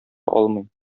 алмый